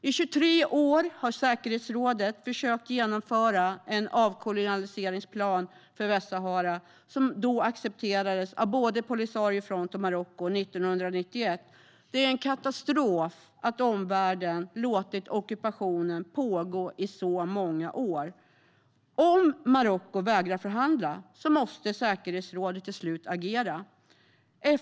I 23 år har säkerhetsrådet försökt genomföra en avkolonialiseringsplan för Västsahara, en plan som accepterades av både Polisario Front och Marocko 1991. Det är en katastrof att omvärlden har låtit ockupationen pågå i så många år. Om Marocko vägrar förhandla måste säkerhetsrådet till slut agera.